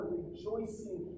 rejoicing